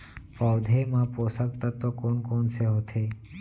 पौधे मा पोसक तत्व कोन कोन से होथे?